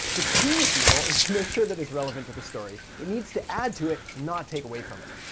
the key with b-roll is to make sure that it's relevant to the story. it needs to add to it, not take away from it.